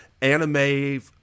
anime